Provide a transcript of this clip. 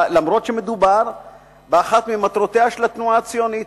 אף-על-פי שמדובר באחת ממטרותיה של התנועה הציונית.